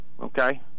Okay